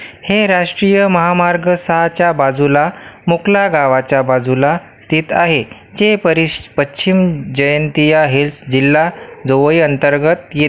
हे राष्ट्रीय महामार्ग सहाच्या बाजूला मुखला गावाच्या बाजूला स्थित आहे जे परिश पश्चिम जयंतिया हिल्स जिल्हा जोवई अंतर्गत येते